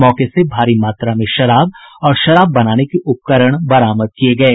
मौके से भारी मात्रा में शराब और शराब बनाने के उपकरण बरामद किये गये